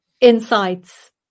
insights